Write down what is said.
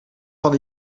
van